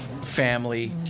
family